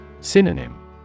Synonym